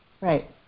Right